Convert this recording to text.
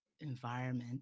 environment